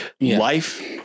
life